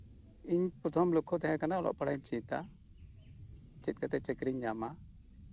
ᱤᱧᱟᱹᱜ ᱯᱨᱚᱛᱷᱚᱢ ᱞᱚᱠᱠᱷᱚ ᱛᱟᱸᱦᱮ ᱠᱟᱱᱟ ᱚᱞᱚᱜ ᱯᱟᱲᱦᱟᱜ ᱤᱧ ᱪᱮᱫᱟ ᱟᱨ ᱪᱟᱹᱠᱨᱤᱧ ᱧᱟᱢᱟ